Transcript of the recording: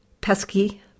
pesky